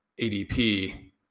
ADP